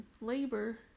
labor